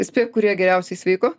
spėk kurie geriausiai sveiko